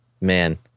man